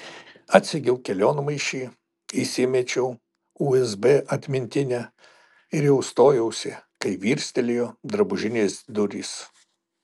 atsegiau kelionmaišį įsimečiau usb atmintinę ir jau stojausi kai virstelėjo drabužinės durys